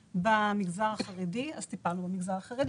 במגזר החרדי אז טיפלנו במגזר החרדי.